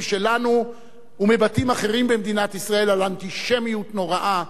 שלנו ומבתים אחרים במדינת ישראל על אנטישמיות נוראה,